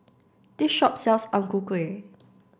this shop sells Ang Ku Kueh